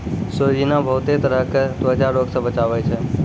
सोजीना बहुते तरह के त्वचा रोग से बचावै छै